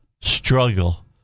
struggle